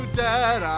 dead